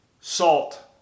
salt